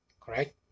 correct